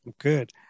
good